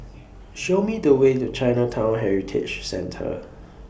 Show Me The Way to Chinatown Heritage Centre